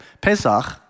Pesach